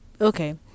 okay